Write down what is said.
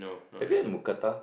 have you had Mookata